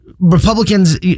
Republicans